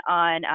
on